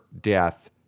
death